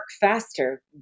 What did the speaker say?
faster